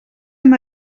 hem